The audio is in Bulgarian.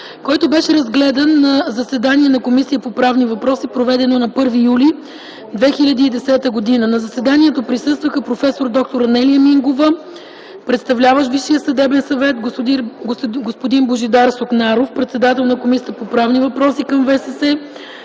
който беше разгледан на заседание на Комисията по правни въпроси, проведено на 1 юли 2010 г.: „На заседанието присъстваха: проф. д-р Анелия Мингова – представляващ ВСС, господин Божидар Сукнаров – председател на Комисия по правни въпроси към ВСС,